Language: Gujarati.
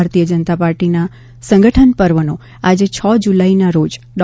ભારતીય જનતા પાર્ટીના સંગઠન પર્વનો આજે છ જૂલાઈના રોજ ડો